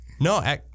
no